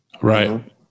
Right